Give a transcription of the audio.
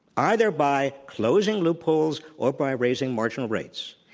either by closing loopholes or by raising marginal rates,